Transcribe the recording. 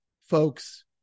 folks